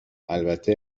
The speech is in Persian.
البته